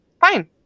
fine